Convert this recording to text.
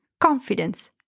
confidence